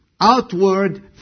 outward